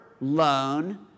loan